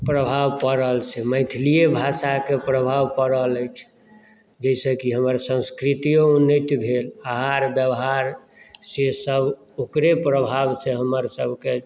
प्रभाव पड़ल से मैथिलिए भाषाके प्रभाव पड़ल अछि जाहिसँ कि हमर संस्कृतियो उन्नति भेल आहार व्यवहार से सब ओकरे प्रभाव सऽ हमर सबकेँ